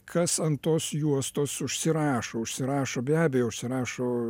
kas ant tos juostos užsirašo užsirašo be abejo užsirašo